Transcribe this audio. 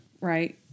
right